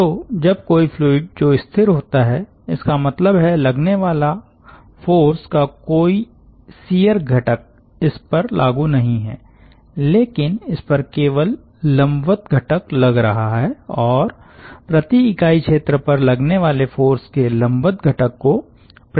तो जब कोई फ्लूइड जो स्थिर होता है इसका मतलब है लगने वाले फ़ोर्स का कोई शियर घटक इस पर लागू नहीं है लेकिन इस पर केवल लंबवत घटक लग रहा है और प्रति इकाई क्षेत्र पर लगने वाले फ़ोर्स के लंबवत घटक को प्रेशर कहा जाता है